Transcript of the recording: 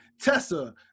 tessa